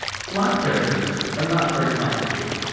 flat characters are not very complicated.